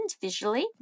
visually